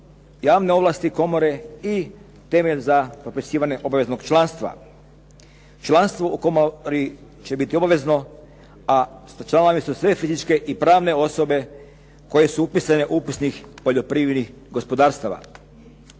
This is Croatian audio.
javne ovlasti komore i temelj za potpisivanje obaveznog članstva. Članstvo u komori će biti obavezno a članovi su sve fizičke i pravne osobe koje su upisane u upisnik poljoprivrednih gospodarstava.